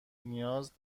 نیاز